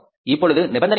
இப்பொழுது நிபந்தனை என்ன